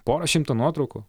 pora šimtų nuotraukų